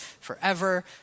forever